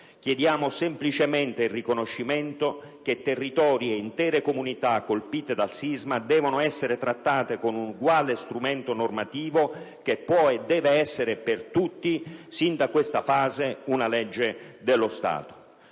chiediamo semplicemente il riconoscimento che territori e intere comunità colpite dal sisma devono essere trattate con un uguale strumento normativo, che può e deve essere per tutti, sin da questa fase, una legge dello Stato.